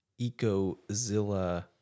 Ecozilla